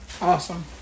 awesome